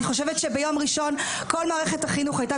אני חושבת שביום ראשון כל מערכת החינוך הייתה